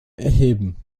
erheben